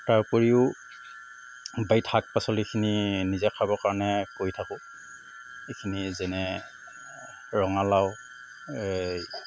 তাৰ উপৰিও বাৰীত শাক পাচলিখিনি নিজে খাবৰ কাৰণে কৰি থাকোঁ এইখিনি যেনে ৰঙালাও